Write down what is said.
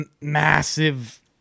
massive